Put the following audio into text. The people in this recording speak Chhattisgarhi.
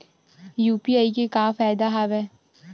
यू.पी.आई के का फ़ायदा हवय?